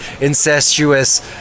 incestuous